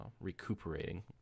recuperating